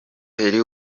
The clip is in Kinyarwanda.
komiseri